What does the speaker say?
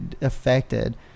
affected